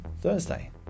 Thursday